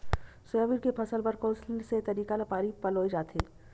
Soybean के फसल बर कोन से तरीका ले पानी पलोय जाथे?